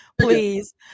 please